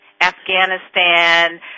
Afghanistan